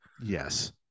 Yes